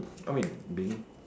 I mean being